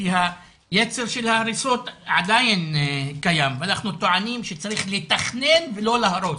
כי היצר של ההריסות עדיין קיים ואנחנו טוענים שצריך לתכנן ולא להרוס,